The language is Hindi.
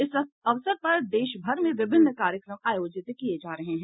इस अवसर पर देशभर में विभिन्न कार्यक्रम आयोजित किए जा रहे हैं